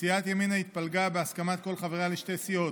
סיעת ימינה התפלגה, בהסכמת כל חבריה, לשתי סיעות,